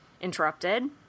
interrupted